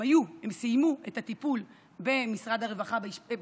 הם סיימו את הטיפול באשפוזיות במשרד הבריאות,